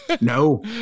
no